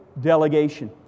delegation